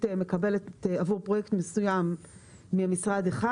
מקבלת עבור פרויקט מסוים ממשרד אחד,